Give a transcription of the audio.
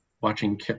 watching